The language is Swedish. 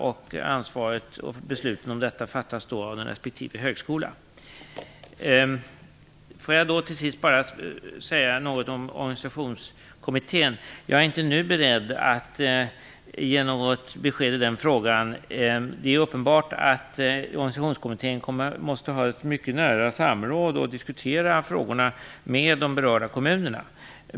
Besluten fattas då av resp. högskola, som också tar ansvaret för detta. Får jag till sist bara säga något om organisationskommittén. Jag är inte nu beredd att ge något besked i den frågan. Det är uppenbart att organisationskommittén måste ha mycket nära samråd och diskutera frågorna med de berörda kommunerna.